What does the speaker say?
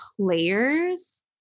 players